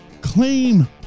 claim